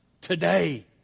today